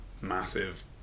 massive